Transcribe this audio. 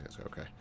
Okay